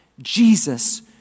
Jesus